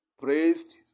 praised